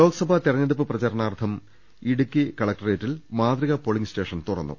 ലോക്സഭാ തെരഞ്ഞെടുപ്പ് പ്രചരാണർത്ഥം ഇടുക്കി കളക്ട്രേ റ്റിൽ മാതൃകാ പോളിങ്ങ് സ്റ്റേഷൻ തുറന്നു